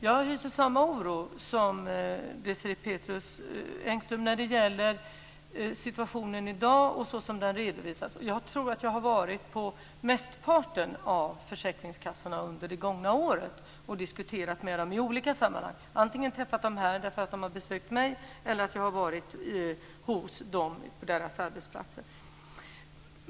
Jag hyser samma oro som Desirée Pethrus Engström när det gäller situationen i dag så som den redovisas. Jag tror att jag har varit på mestparten av försäkringskassorna under det gångna året och diskuterat med dem i olika sammanhang. Jag har antingen träffat dem här därför att de har besökt mig eller varit hos dem på deras arbetsplatser.